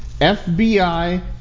FBI